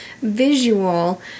visual